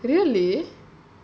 really